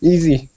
Easy